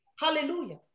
hallelujah